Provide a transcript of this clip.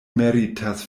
meritas